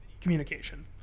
communication